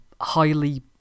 highly